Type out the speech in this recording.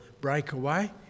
breakaway